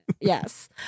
Yes